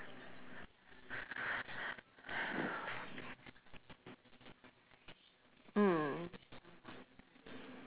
mm